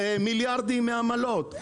ומיליארדים מהעמלות.